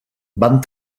van